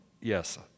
yes